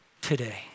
today